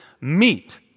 meet